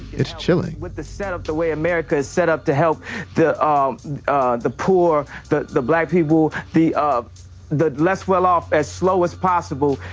it's chilling with the setup the way america is setup to help the um ah the poor, but the black people, the ah the less well-off as slow as possible.